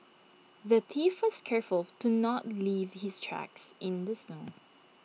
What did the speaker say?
the thief was careful to not leave his tracks in the snow